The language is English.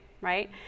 right